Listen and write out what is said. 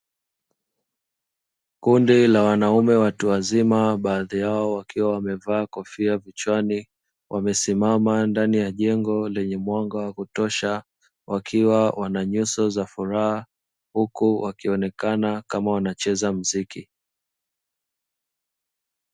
Kundi la wanaume watu wazima, baadhi yao wakiwa wamevaa kofia kichwani, wamesimama ndani ya jengo lenye mwanga wa kutosha, wakiwa wana nyuso za furaha, huku wakionekana kama wanacheza muziki.